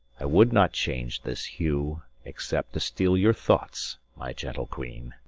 i would not change this hue, except to steal your thoughts, my gentle queen.